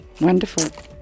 Wonderful